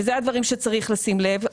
וזה הדברים שצריך לשים לב.